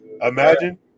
Imagine